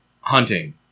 hunting